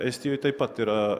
estijoje taip pat yra